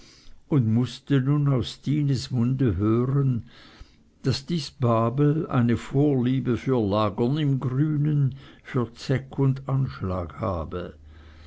und mußte nun aus stines munde hören daß dies babel eine vorliebe für lagern im grünen für zeck und anschlag habe